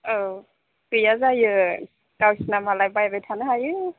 औ गैया जायो गावसिना मालाय बायबाय थानो हायो